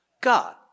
God